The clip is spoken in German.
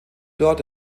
dort